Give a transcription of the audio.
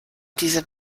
diese